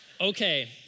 okay